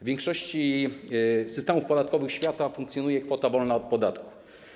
W większości systemów podatkowych świata funkcjonuje kwota wolna od podatku.